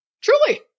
Truly